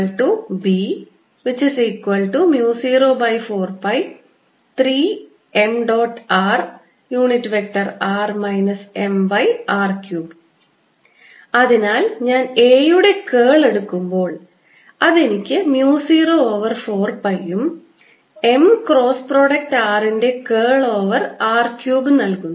rr mr3 അതിനാൽ ഞാൻ A യുടെ curl എടുക്കുമ്പോൾ അത് എനിക്ക് mu 0 ഓവർ 4 പൈയും m ക്രോസ് പ്രോഡക്റ്റ് r ൻറെ curl ഓവർ r ക്യൂബ് നൽകുന്നു